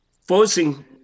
forcing